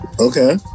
Okay